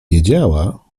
wiedziała